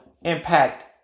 impact